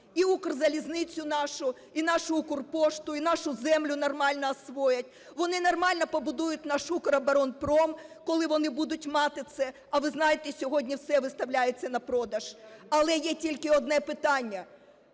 і "Укрзалізницю" нашу, і нашу "Укрпошту", і нашу землю нормально освоять. Вони нормально побудують наш "Укроборонпром", коли вони будуть мати це. А ви знаєте, сьогодні все виставляється на продаж. Але є тільки одне питання: